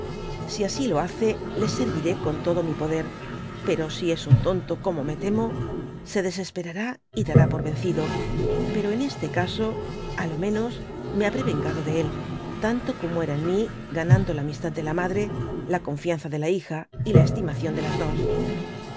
si asi lo hace le serviré con todo mi poder pero si es un tonto como me temo se desesperará y dará por vencido pero en este caso á lo menos me babré vengado de él tanto como era en mi ganando la amistad de la madre la confianza de la hija y la estimación de las dos en